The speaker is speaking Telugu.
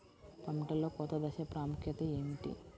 పంటలో కోత దశ ప్రాముఖ్యత ఏమిటి?